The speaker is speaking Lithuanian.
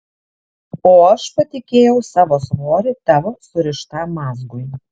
o aš patikėjau savo svorį tavo surištam mazgui